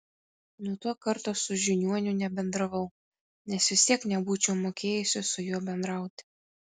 nuo to karto su žiniuoniu nebendravau nes vis tiek nebūčiau mokėjusi su juo bendrauti